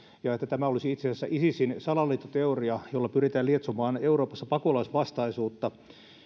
ja että tämä olisi itse asiassa isisin salaliittoteoria jolla pyritään lietsomaan euroopassa pakolaisvastaisuutta